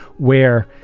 where